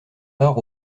part